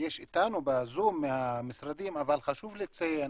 יש איתנו מהמשרדים בזום, אבל חשוב לציין,